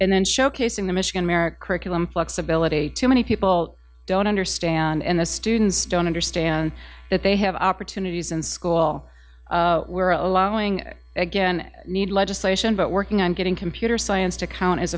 and then showcasing the michigan america curriculum flexibility too many people don't understand and the students don't understand that they have opportunities in school were allowing again need legislation but working on getting computer science to count as